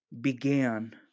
began